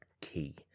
key